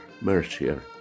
Mercier